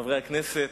חברי הכנסת,